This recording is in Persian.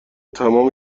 تمام